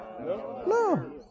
No